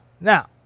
Now